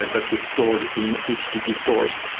that you stored in http stores.